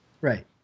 Right